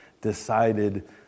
decided